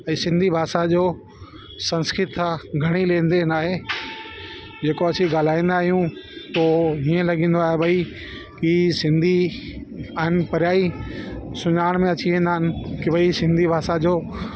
ऐं सिंधी भाषा जो संस्कृत खां घणेई लेन देन आहे जेको असीं गाल्हाईंदा आहियूं पोइ हीअं लॻंदो आहे भई कि सिंधी आहिनि परियां ई सुञाण में अची वेंदा आहिनि कि भई सिंधी भाषा जो